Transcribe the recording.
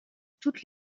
toutes